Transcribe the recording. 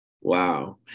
Wow